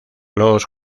los